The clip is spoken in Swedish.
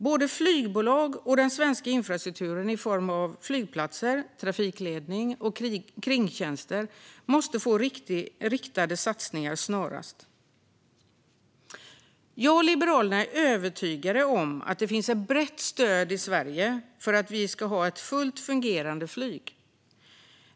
Både flygbolag och den svenska infrastrukturen i form av flygplatser, trafikledning och kringtjänster måste få riktade satsningar snarast. Jag och Liberalerna är övertygade om att det finns brett stöd i Sverige för att vi ska ha ett fullt fungerande flyg.